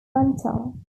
mantle